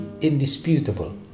indisputable